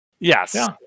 yes